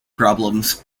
problems